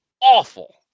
awful